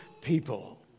people